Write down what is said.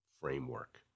framework